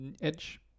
Edge